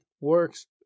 works